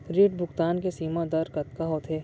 ऋण भुगतान के सीमा दर कतका होथे?